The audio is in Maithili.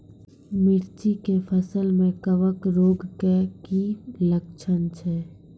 मिर्ची के फसल मे कवक रोग के की लक्छण छै?